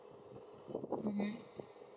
mmhmm